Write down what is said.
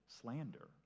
slander